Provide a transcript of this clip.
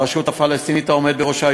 הרשות הפלסטינית והעומד בראשה,